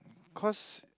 cause